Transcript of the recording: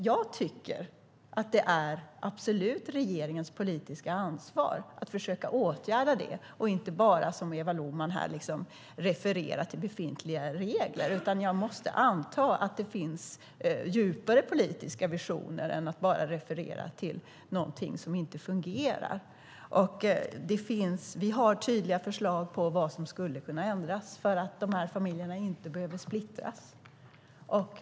Jag tycker att det absolut är regeringens politiska ansvar att försöka åtgärda det och inte bara, som Eva Lohman, referera till befintliga regler. Jag måste anta att det finns djupare politiska visioner än att bara referera till någonting som inte fungerar. Vi har tydliga förslag på vad som skulle kunna ändras för att dessa familjer inte ska behöva splittras.